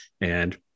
And-